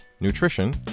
nutrition